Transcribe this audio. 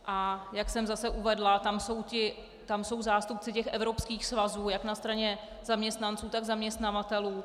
A jak jsem zase uvedla, tam jsou zástupci těch evropských svazů jak na straně zaměstnanců, tak zaměstnavatelů.